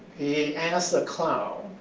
he asked the cloud